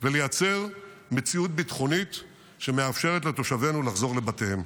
ולייצר מציאות ביטחונית שמאפשרת לתושבינו לחזור לבתיהם.